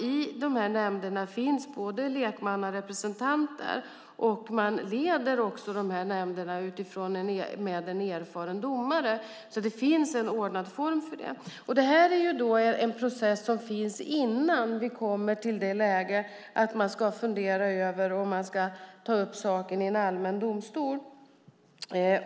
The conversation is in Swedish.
I de här nämnderna finns också lekmannarepresentanter, och nämnderna leds av en erfaren domare. Det finns alltså en ordnad form för det. Detta är en process som föregår det läge då man ska fundera på om man ska ta upp saken i en allmän domstol.